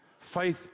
Faith